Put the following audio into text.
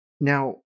Now